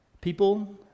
People